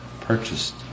purchased